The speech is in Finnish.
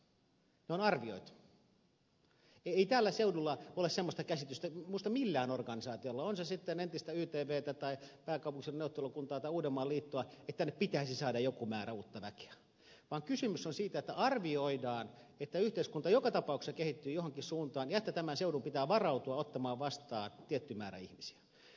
ei minusta tällä seudulla ole semmoista käsitystä millään organisaatiolla on se sitten entistä ytvtä tai pääkaupunkiseudun neuvottelukuntaa tai uudenmaan liittoa että tänne pitäisi saada joku määrä uutta väkeä vaan kysymys on siitä että arvioidaan että yhteiskunta joka tapauksessa kehittyy johonkin suuntaan ja että tämän seudun pitää varautua ottamaan vastaan tietty määrä ihmisiä